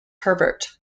herbert